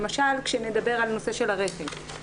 למשל כשנדבר על הנושא של הרכב.